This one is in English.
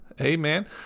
amen